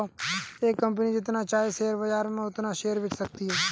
एक कंपनी जितना चाहे शेयर बाजार में उतना शेयर बेच सकती है